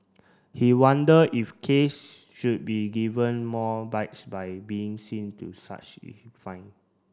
he wondered if case should be given more bites by being to such fine